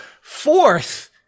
fourth